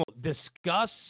discuss